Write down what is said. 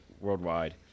worldwide